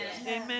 Amen